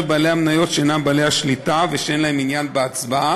בעלי המניות שאינם בעלי השליטה ואין להם עניין בהצבעה,